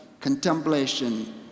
contemplation